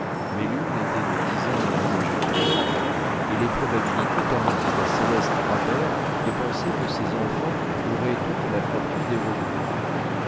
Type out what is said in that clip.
mais l'une était de dix ans moins âgée que l'autre et les probabilités permettaient à céleste habert de penser que ses enfants auraient toute la fortune des